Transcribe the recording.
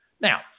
Now